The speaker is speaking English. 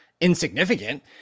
insignificant